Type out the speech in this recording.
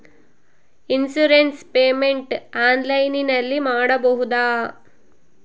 Insurance payment ಆನ್ಲೈನಿನಲ್ಲಿ ಮಾಡಬಹುದಾ?